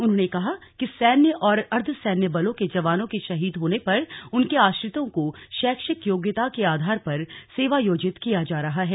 उन्होंने कहा कि सैन्य और अर्धसैन्य बलों के जवानों के शहीद होने पर उनके आश्रितों को शैक्षिक योग्यता के आधार पर सेवायोजित किया जा रहा है